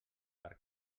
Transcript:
per